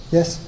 Yes